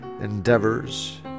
endeavors